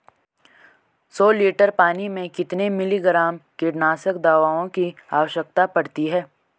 सौ लीटर पानी में कितने मिलीग्राम कीटनाशक दवाओं की आवश्यकता पड़ती है?